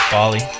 Bali